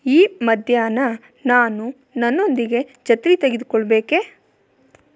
ಈ ಮಧ್ಯಾಹ್ನ ನಾನು ನನ್ನೊಂದಿಗೆ ಛತ್ರಿ ತೆಗೆದುಕೊಳ್ಬೇಕೇ